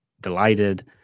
delighted